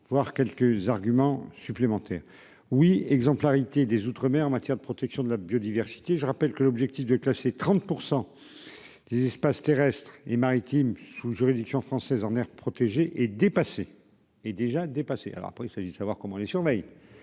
voir quelques arguments supplémentaires oui exemplarité des Outre-mer en matière de protection de la biodiversité, je rappelle que l'objectif de classer 30 % des espaces terrestres et maritimes sous juridiction française en aires protégées et dépassé et déjà dépassé, alors après, il s'agit de savoir comment les surveille,